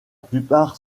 plupart